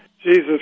Jesus